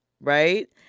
right